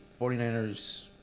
49ers